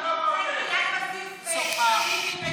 זה ליד בסיס צאלים,